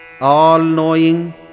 All-Knowing